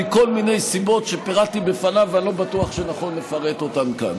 מכל מיני סיבות שפירטתי לפניו ואני לא בטוח שנכון לפרט אותן כאן.